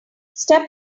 step